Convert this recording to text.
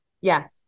Yes